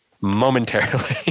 momentarily